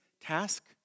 task